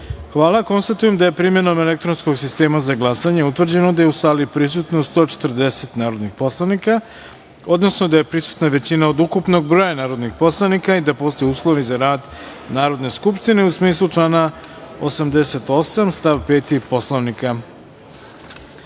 jedinice. Konstatujem da je, primenom elektronskog sistema za glasanje, utvrđeno da je u sali prisutno 140 narodnih poslanika, odnosno da je prisutna većina od ukupnog broja narodnih poslanika i da postoje uslovi za rad Narodne skupštine, u smislu člana 88. stav 5. Poslovnika. Da